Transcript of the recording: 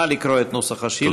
נא לקרוא את נוסח השאילתה.